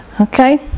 Okay